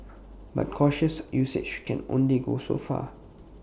but cautious usage can only go so far